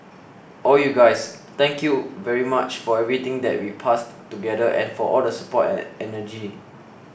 all you guys thank you very much for everything that we passed together and for all the support and energy